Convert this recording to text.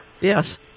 Yes